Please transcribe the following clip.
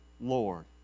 Lord